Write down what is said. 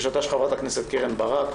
לבקשתה של חברת הכנסת קרן ברק,